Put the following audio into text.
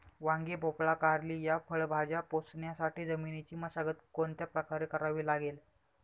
वांगी, भोपळा, कारली या फळभाज्या पोसण्यासाठी जमिनीची मशागत कोणत्या प्रकारे करावी लागेल?